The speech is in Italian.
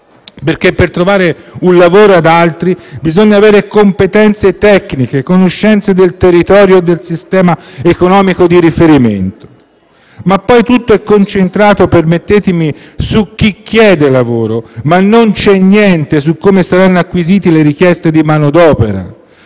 perché per trovare un lavoro ad altri bisogna avere competenze tecniche e conoscenze del territorio e del sistema economico di riferimento. Ma poi tutto è concentrato - permettetemi - su chi chiede lavoro, e non c'è niente su come saranno acquisite le richieste di manodopera.